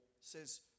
says